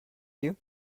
you